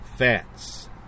Fats